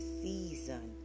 season